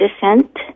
descent